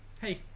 hey